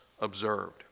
observed